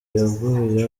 yaguye